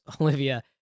Olivia